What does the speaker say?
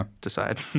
decide